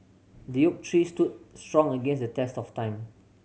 the oak tree stood strong against the test of time